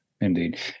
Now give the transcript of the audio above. Indeed